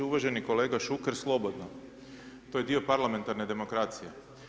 Uvaženi kolega Šuker, slobodno, to je dio parlamentarne demokracije.